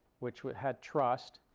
which which had trust,